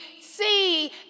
see